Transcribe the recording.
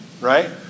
right